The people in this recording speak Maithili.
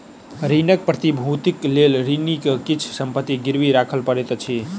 ऋणक प्रतिभूतिक लेल ऋणी के किछ संपत्ति गिरवी राखअ पड़ैत अछि